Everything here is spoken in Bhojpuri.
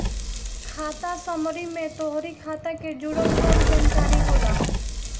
खाता समरी में तोहरी खाता के जुड़ल सब जानकारी होला